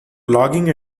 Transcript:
logging